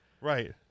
Right